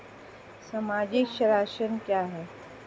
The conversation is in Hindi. सामाजिक संरक्षण क्या है?